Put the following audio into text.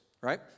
right